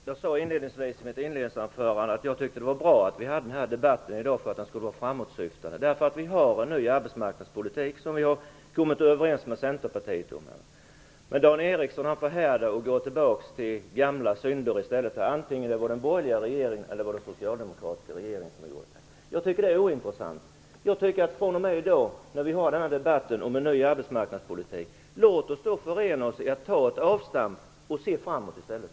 Herr talman! Jag sade i mitt inledningsanförande att jag tyckte att det var bra att vi hade denna debatt i dag för att den skulle vara framåtsyftande. Vi har en ny arbetsmarknadspolitik som vi har kommit överens med Centerpartiet om. Men Dan Ericsson framhärdar och går tillbaka till gamla synder, vare sig det är den borgerliga regeringens eller den socialdemokratiska regeringens ansvar. Jag tycker att detta är ointressant. Låt oss i dag när vi har den här debatten om en ny arbetsmarknadspolitik förena oss och ta ett avstamp och i stället se framåt.